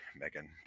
megan